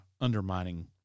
undermining